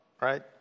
right